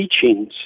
teachings